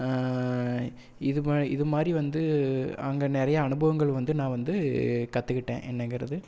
இது இதுமாதிரி வந்து அங்கே நிறையா அனுபவங்கள் வந்து நான் வந்து கற்றுக்கிட்டேன் என்னங்கிறது